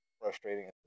frustrating